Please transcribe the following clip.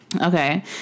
Okay